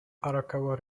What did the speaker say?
arakawa